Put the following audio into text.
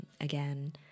Again